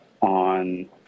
on